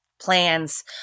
plans